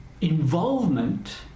involvement